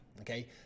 Okay